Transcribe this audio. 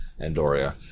Andoria